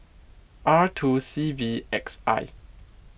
R two C V X I